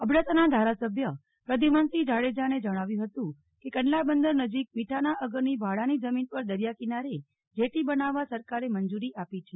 અબડાસાના ધારાસભ્ય પ્રદ્યુમનસિંહ જાડેજાને જણાવ્યું હતું કે કંડલા બંદર નજીક મીઠાના અગરની ભાડાની જમીન પર દરિયા કિનારે જેટી બનાવવા સરકારે મંજુરી આપી છે